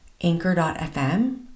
anchor.fm